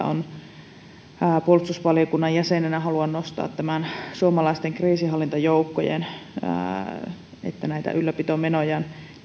on tietysti tärkeää niin puolustusvaliokunnan jäsenenä haluan nostaa sen että suomalaisten kriisinhallintajoukkojen ylläpitomenoihin